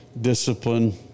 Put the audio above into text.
discipline